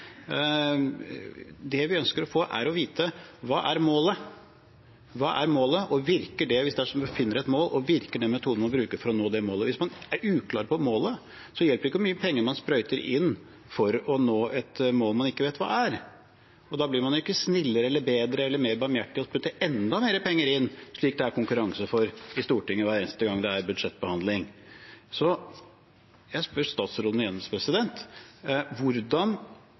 Det vi ønsker, er å få vite hva som er målet. Hva er målet, og hvis man finner et mål, virker den metoden man bruker for å nå det målet? Hvis man er uklar på målet, hjelper det ikke hvor mye penger man sprøyter inn for å nå et mål man vet ikke vet hva er. Da blir man ikke snillere, bedre eller mer barmhjertig av å putte enda mer penger inn, slik det er konkurranse for i Stortinget hver eneste gang det er budsjettforhandling. Så jeg spør statsråden igjen: Hvordan